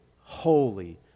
holy